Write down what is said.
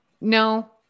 No